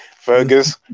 Fergus